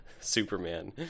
Superman